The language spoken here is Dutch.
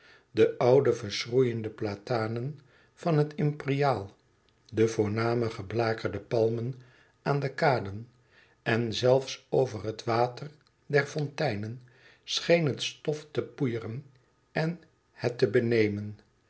de oude verschroeiënde platanen van het imperiaal de voorname geblakerde palmen aan de kaden en zelfs over het water der fonteinen scheen het stof te poeieren en het te benemen